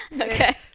Okay